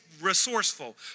resourceful